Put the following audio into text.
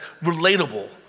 relatable